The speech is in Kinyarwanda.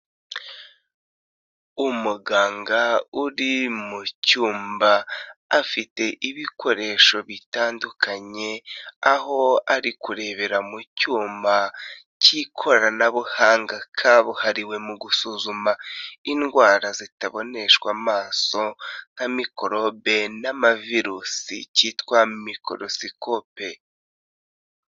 Umuganga uri mu cyumba afite ibikoresho bitandukanye aho ari kurebera mu cyuma k'ikoranabuhanga kabuhariwe mu gusuzuma indwara zitaboneshwa amaso nka mikorobe n'amavirusi kitwa mikorosikope.